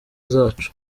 zacu